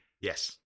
yes